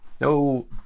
no